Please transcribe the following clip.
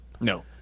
no